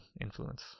influence